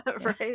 Right